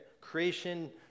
Creation